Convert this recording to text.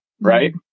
right